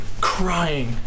crying